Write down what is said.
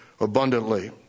abundantly